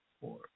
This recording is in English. four